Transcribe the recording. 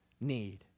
need